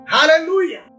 Hallelujah